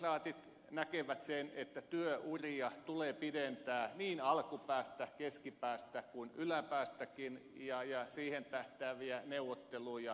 sosiaalidemokraatit näkevät sen että työuria tulee pidentää niin alkupäästä keskipäästä kuin yläpäästäkin ja siihen tähtääviä neuvotteluja tuemme